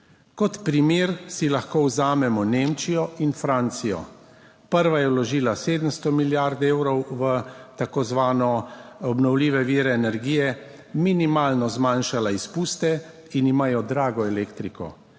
Kot primer si lahko vzamemo Nemčijo in Francijo. Prva je vložila 700 milijard evrov v tako zvano obnovljive vire energije, minimalno zmanjšala izpuste in imajo drago elektriko.